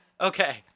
okay